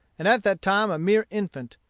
and at that time a mere infant.